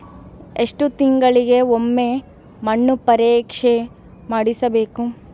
ಎಷ್ಟು ತಿಂಗಳಿಗೆ ಒಮ್ಮೆ ಮಣ್ಣು ಪರೇಕ್ಷೆ ಮಾಡಿಸಬೇಕು?